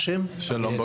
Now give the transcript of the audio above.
שלום,